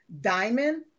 diamond